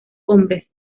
hombres